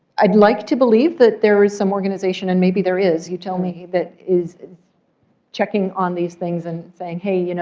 i'd like to believe that there is some organization and maybe there is you tell me that is is checking on these things and saying, hey, you know